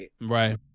Right